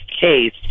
case